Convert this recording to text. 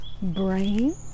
brain